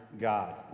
God